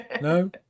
No